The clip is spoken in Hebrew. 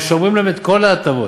ושומרים להם את כל ההטבות,